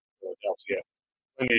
Philadelphia